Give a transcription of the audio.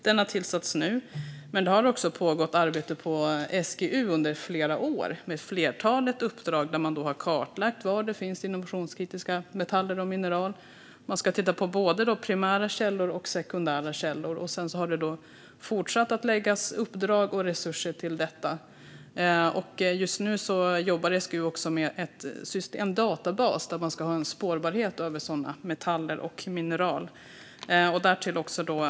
Det har också pågått arbete på SGU under flera år där man med ett flertal uppdrag har kartlagt var det finns innovationskritiska metaller och mineral och tittat på både primära och sekundära källor. Det har sedan fortsatt att läggas uppdrag och resurser till detta. Just nu jobbar SGU också med en databas där man ska ha en spårbarhet över sådana metaller och mineral.